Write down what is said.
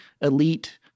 elite